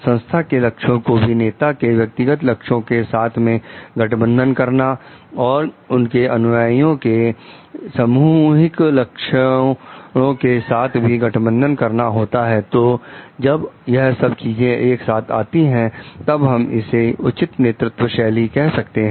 संस्था के लक्ष्यों को भी नेता के व्यक्तिगत लक्ष्यों के साथ में गठबंधन करना और उनके अनुयायियों के सामूहिक लक्षणों के साथ भी गठबंधन करना होता है तो जब यह सब चीजें एक साथ आती हैं तब हम इसे उचित नेतृत्व शैली कह सकते हैं